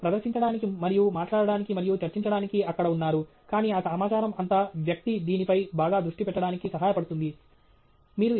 మీరు ప్రదర్శించడానికి మరియు మాట్లాడటానికి మరియు చర్చించడానికి అక్కడ ఉన్నారు కానీ ఆ సమాచారం అంతా వ్యక్తి దీనిపై బాగా దృష్టి పెట్టడానికి సహాయపడుతుంది